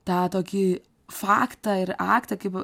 tą tokį faktą ir aktą kaip